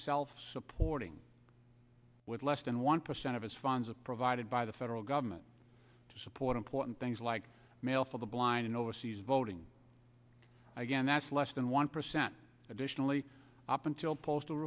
self supporting with less than one percent of its funds are provided by the federal government to support important things like mail for the blind in overseas voting again that's less than one percent additionally up until postal